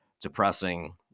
depressing